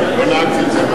ולא נהגתי בזה,